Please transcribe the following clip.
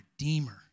redeemer